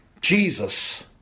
Jesus